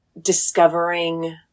discovering